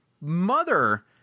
mother